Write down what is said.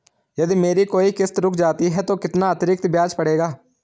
यदि मेरी कोई किश्त रुक जाती है तो कितना अतरिक्त ब्याज पड़ेगा?